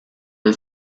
del